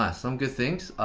ah some good things. ah.